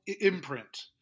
imprint